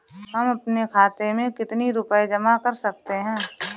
हम अपने खाते में कितनी रूपए जमा कर सकते हैं?